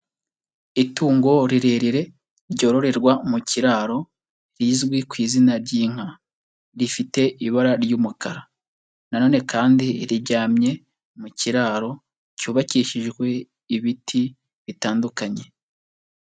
Itungo rirerire ryororerwa mu kiraro, rizwi ku izina ry'inka, rifite ibara ry'umukara, na none kandi riryamye mu kiraro cyubakishijwe ibiti bitandukanye.